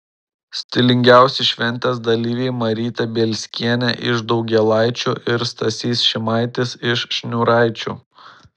stilingiausi šventės dalyviai marytė bielskienė iš daugėlaičių ir stasys šimaitis iš šniūraičių